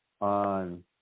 on